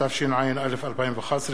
התשע"א 2011,